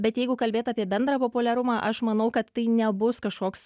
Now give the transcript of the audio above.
bet jeigu kalbėt apie bendrą populiarumą aš manau kad tai nebus kažkoks